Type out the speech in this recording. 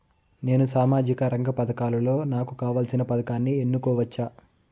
నేను సామాజిక రంగ పథకాలలో నాకు కావాల్సిన పథకాన్ని ఎన్నుకోవచ్చా?